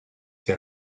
that